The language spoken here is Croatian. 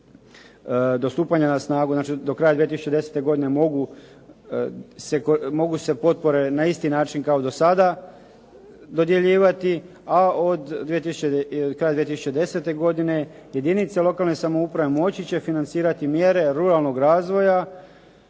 do stupanja na snagu, znači do kraja 2010. godine mogu se potpore na isti način kao do sada dodjeljivati a krajem 2010. godine jedinice lokalne samouprave moći će financirati mjere ruralnog razvoja